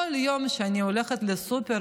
כל יום שאני הולכת לסופר,